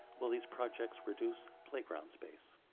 will these projects reduce playground space?